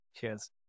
Cheers